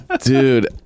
dude